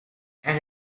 and